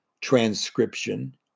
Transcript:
transcription